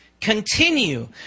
Continue